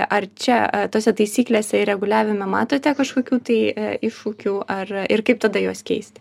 ar čia tose taisyklėse ir reguliavime matote kažkokių tai iššūkių ar ir kaip tada juos keisti